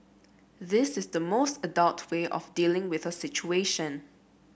this is the most adult way of dealing with a situation